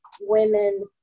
women